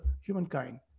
humankind